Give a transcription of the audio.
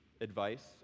advice